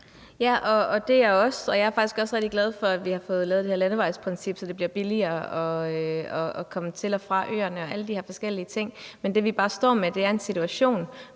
(DD): Det er jeg også, og jeg er faktisk også rigtig glad for, at vi har fået lavet det her landevejsprincip, så det bliver billigere at komme til og fra øerne og alle de her forskellige ting. Men det, vi bare står med, er en situation,